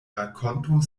rakonto